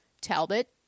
Talbot